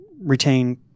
retain